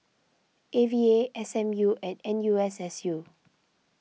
A V A S M U and N U S S U